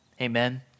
amen